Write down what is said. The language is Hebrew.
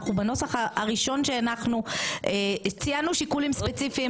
בנוסח הראשון שהנחנו ציינו שיקולים ספציפיים,